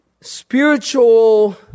spiritual